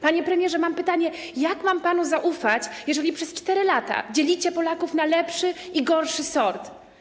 Panie premierze, mam pytanie: Jak mam panu zaufać, jeżeli przez 4 lata dzielicie Polaków na lepszy i gorszy sort?